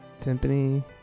timpani